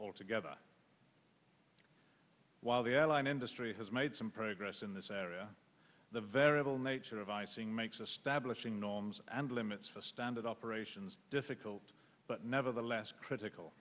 altogether while the airline industry has made some progress in this area the variable nature of icing makes a stablish in norms and limits for standard operations difficult but nevertheless critical